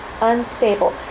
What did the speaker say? unstable